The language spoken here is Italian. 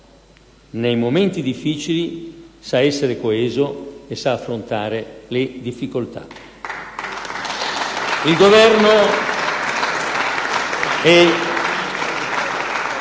Nei momenti difficili sa essere coeso e sa affrontare le difficoltà.